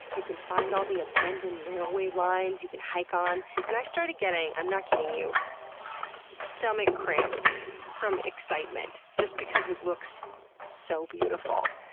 you can find all the abandoned railway lines you can hike on and i started getting i'm not kidding you stomach cramps from excitement just because it looks so beautiful.